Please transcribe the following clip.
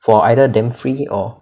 for either damn free or